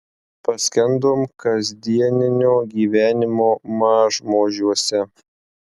paskendom kasdieninio gyvenimo mažmožiuose